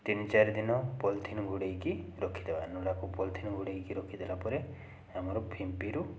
ତିନି ଚାରିଦିନ ପଲିଥିନ୍ ଘୋଡ଼େଇକି ରଖିଦେବା ନଡ଼ାକୁ ପଲିଥିନ୍ ଘୋଡ଼େଇକି ରଖିଦେଲା ପରେ ଆମର ଫିମ୍ପିରୁ